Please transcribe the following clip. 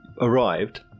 arrived